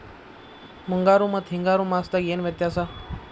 ಮುಂಗಾರು ಮತ್ತ ಹಿಂಗಾರು ಮಾಸದಾಗ ಏನ್ ವ್ಯತ್ಯಾಸ?